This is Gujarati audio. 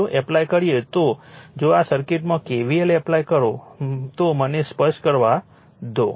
જો એપ્લાય કરીએ તો જો આ સર્કિટમાં KVL એપ્લાય કરો તો મને તે સ્પષ્ટ કરવા દો